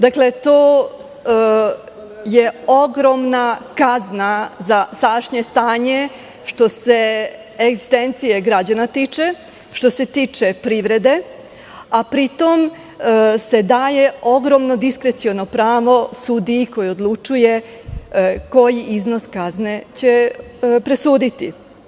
Dakle, to je ogromna kazna za sadašnje stanje, što se egzistencije građana tiče, što se tiče privrede, a pri tome se daje ogromno diskreciono pravo sudiji, koji odlučuje koji iznos kazne će presuditi.